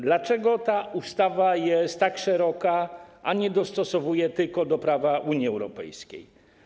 Dlaczego ta ustawa jest tak szeroka, a nie tylko dostosowuje do prawa Unii Europejskiej?